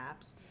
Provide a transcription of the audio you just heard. apps